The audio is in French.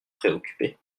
préoccupé